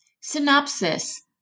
Synopsis